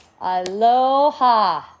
Aloha